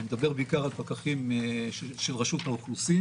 אני מדבר בעיקר על פקחים של רשות האוכלוסין